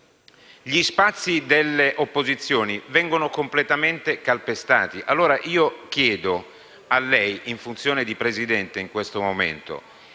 Gli spazi delle opposizioni vengono completamente calpestati. Chiedo allora a lei, in funzione di Presidente in questo momento